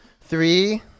Three